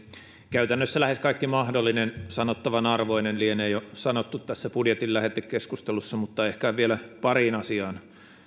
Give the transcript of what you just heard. käytännössä lähes kaikki mahdollinen sanottavan arvoinen lienee jo sanottu tässä budjetin lähetekeskustelussa mutta ehkä vielä pariin asiaan